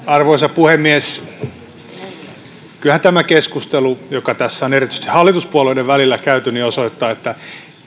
arvoisa puhemies kyllähän tämä keskustelu joka tässä on erityisesti hallituspuolueiden välillä käyty osoittaa että